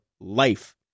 life